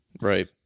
right